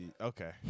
Okay